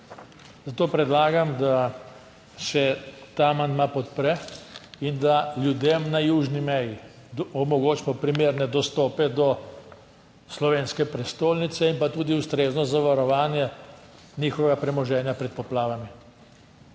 Zato predlagam, da se ta amandma podpre in da ljudem na južni meji omogočimo primerne dostope do slovenske prestolnice in pa tudi ustrezno zavarovanje njihovega premoženja pred poplavami.